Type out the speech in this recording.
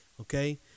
okay